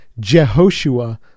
Jehoshua